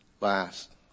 last